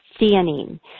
theanine